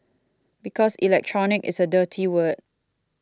because Electronic is a dirty word